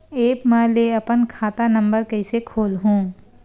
App म ले अपन खाता नम्बर कइसे खोलहु?